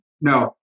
No